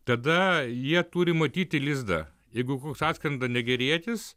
tada jie turi matyti lizdą jeigu koks atskrenda negerietis